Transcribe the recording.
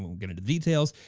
um get into details.